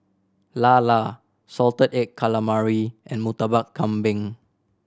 lala salted egg calamari and Murtabak Kambing